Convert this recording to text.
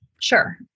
Sure